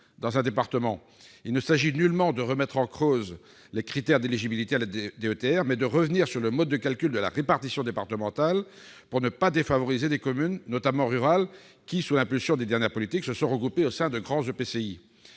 dans un département donné. Il ne s'agit nullement de remettre en cause les critères d'éligibilité à la DETR, mais de revenir sur le mode de calcul de la répartition départementale pour ne pas défavoriser les communes, notamment rurales, qui, sous l'impulsion des dernières politiques, se sont regroupées au sein de grands EPCI.